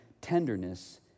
tenderness